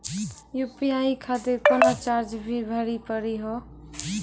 UPI खातिर कोनो charge भी भरी पड़ी हो?